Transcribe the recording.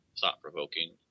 thought-provoking